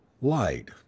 Light